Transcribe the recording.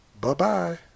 Bye-bye